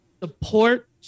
support